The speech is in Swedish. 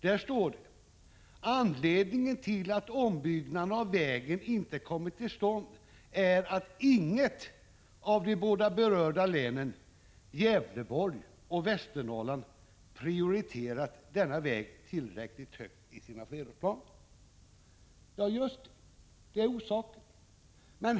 Där står: ” Anledningen till att ombyggnaderna av vägen inte kommit till stånd är att inget av de båda berörda länen, Gävleborg och Västernorrland, prioriterat denna väg tillräckligt högt i sina flerårsplaner.” Just det, det är orsaken.